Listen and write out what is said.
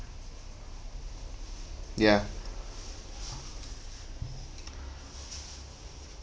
ya